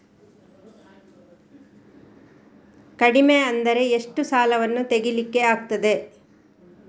ಕಡಿಮೆ ಅಂದರೆ ಎಷ್ಟು ಸಾಲವನ್ನು ತೆಗಿಲಿಕ್ಕೆ ಆಗ್ತದೆ?